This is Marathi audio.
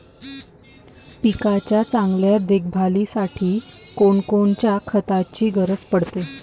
पिकाच्या चांगल्या देखभालीसाठी कोनकोनच्या खताची गरज पडते?